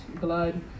blood